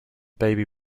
baby